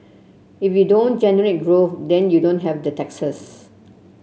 if you don't generate growth then you don't have the taxes